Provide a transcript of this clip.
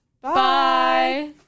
Bye